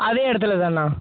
அதே இடத்துல தான் அண்ணா